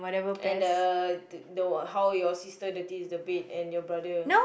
and the the how your sister dirties the bed and your brother